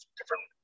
different